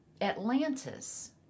Atlantis